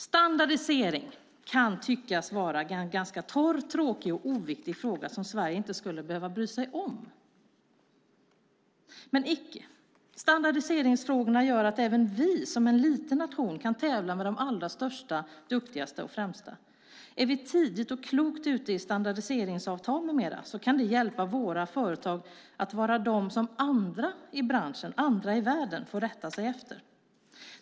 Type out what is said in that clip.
Standardisering kan tyckas vara en ganska torr, tråkig och oviktig fråga som Sverige inte skulle behöva bry sig om, men icke. Standardiseringsfrågorna gör att även vi, som en liten nation, kan tävla med de allra största, duktigaste och främsta. Är vi tidigt och klokt ute i standardiseringsavtal med mera kan det hjälpa våra företag att vara dem som andra i branschen och i världen får rätta sig efter.